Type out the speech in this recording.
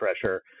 pressure